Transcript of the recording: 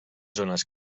zones